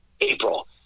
April